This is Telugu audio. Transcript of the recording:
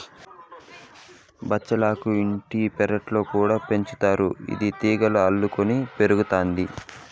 బచ్చలాకు ఇంటి పెరట్లో కూడా పెంచుతారు, ఇది తీగలుగా అల్లుకొని పెరుగుతాది